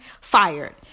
fired